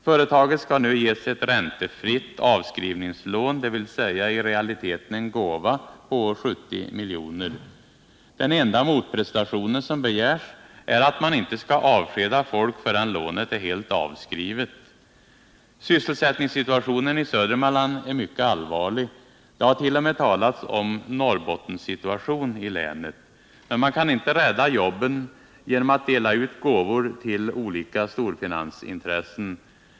Företaget skall nu ges ett räntefritt avskrivningslån —dvs. i realiteten en gåva — på 70 milj.kr. Den enda motprestation som begärs är att man inte skall avskeda folk förrän lånet är helt avskrivet. Sysselsättningssituationen i Södermanland är mycket allvarlig. Det har t. 0. m. talats om en Norrbottensituation i länet. Men man kan inte rädda jobben genom att dela ut gåvor till olika storfinansintressen.